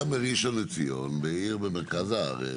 גם בראשון לציון, עיר במרכז הארץ.